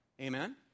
Amen